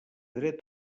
dret